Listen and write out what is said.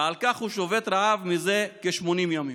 ועל כך הוא שובת רעב מזה כ-80 ימים.